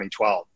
2012